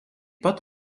pat